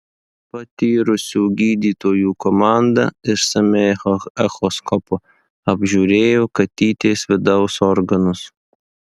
patyrusių gydytojų komanda išsamiai echoskopu apžiūrėjo katytės vidaus organus